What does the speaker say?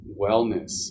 wellness